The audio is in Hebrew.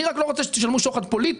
אני רק לא רוצה שתשלמו שוחד פוליטי.